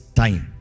time